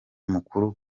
mukuru